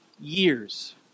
years